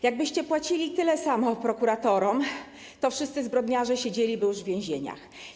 Jakbyście płacili tyle samo prokuratorom, to wszyscy zbrodniarze siedzieliby już w więzieniach.